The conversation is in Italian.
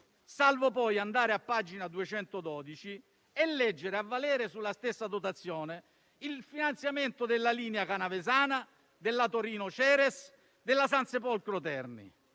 salvo poi andare a pagina 212 e leggere, a valere sulla stessa dotazione, il finanziamento della linea canavesana, della ferrovia Torino-Ceres, della Sansepolcro-Terni: